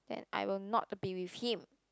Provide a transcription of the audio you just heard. and I will not be with him